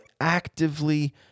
actively